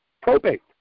probate